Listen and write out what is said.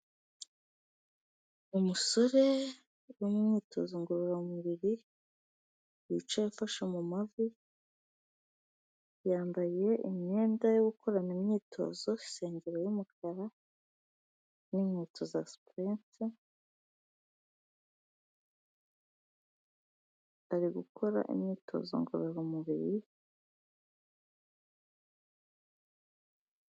Umusore uri mu myitozo ngororamubiri, wicaye afashe mu mumavi yambaye imyenda yo gukorana imyitozo, isengeri y'umukara n'inkweto za supurenti ari gukora imyitozo ngororamubiri,..